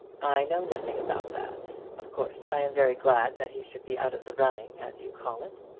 i know nothing about that. of course i am very glad that he should be out of the running, as you call it.